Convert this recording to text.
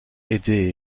aidé